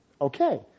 Okay